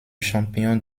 champion